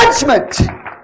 judgment